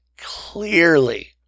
Clearly